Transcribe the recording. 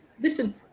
Listen